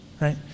right